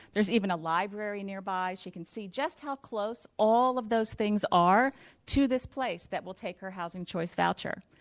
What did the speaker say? there's even a library nearby she can see just how close all of those things are to this place that will take her housing choice voucher.